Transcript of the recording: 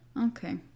Okay